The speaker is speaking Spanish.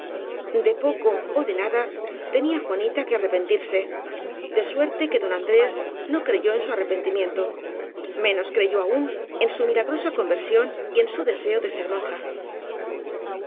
de poco ó de nada tenía juanita que arre pentirse de suerte que don andrés no creyó en su arrepentimiento menos creyó aún en su milagro sa conversión y en su deseo de ser monja